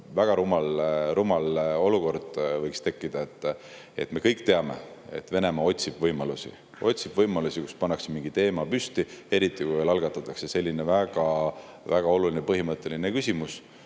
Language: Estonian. Väga rumal olukord võiks tekkida. Me kõik teame, et Venemaa otsib võimalusi. Ta otsib võimalusi ja kui pannakse mingi teema püsti, eriti veel selline väga oluline, põhimõtteline küsimus,